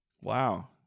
wow